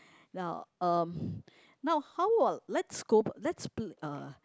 now um now how while let's go let's uh